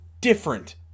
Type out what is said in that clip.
different